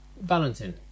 Valentin